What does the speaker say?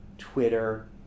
Twitter